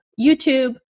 YouTube